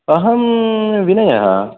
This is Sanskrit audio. अहं विनयः